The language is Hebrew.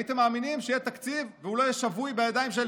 הייתם מאמינים שיהיה תקציב והוא לא יהיה שבוי בידיים של